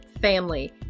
family